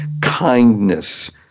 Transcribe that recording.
kindness